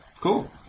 cool